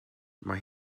mae